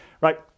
Right